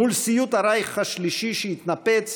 מול סיוט הרייך השלישי שהתנפץ